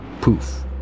poof